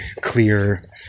clear